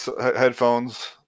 headphones